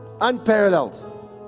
unparalleled